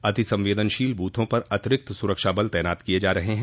अतिसंवेदनशील बूथों पर अतिरिक्त सुरक्षाबल तैनात किये जा रहे हैं